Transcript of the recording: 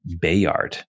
Bayard